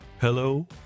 hello